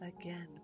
Again